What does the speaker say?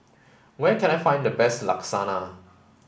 where can I find the best Lasagna